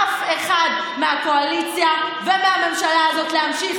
אף אחד מהקואליציה ומהממשלה הזאת להמשיך